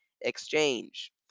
Exchange